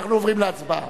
אנחנו עוברים להצבעה.